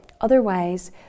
Otherwise